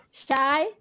Shy